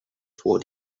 for